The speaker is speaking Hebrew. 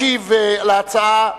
ישיב על ההצעה,